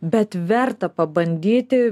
bet verta pabandyti